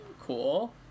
cool